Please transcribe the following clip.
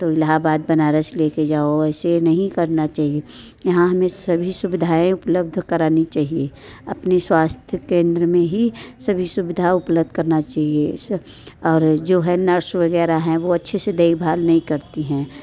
तो इलाहाबाद बनारस ले कर जाओ ऐसे नहीं करना चाहिए यहाँ हमें सभी सुविधाएं उपलब्ध करानी चाहिए अपने स्वास्थ्य केंद्र में ही सभी सुविधा उपलब्ध करना चाहिए और जो है नर्स वग़ैरह है वो अच्छे से देख भाल नहीं करती हैं